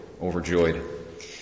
overjoyed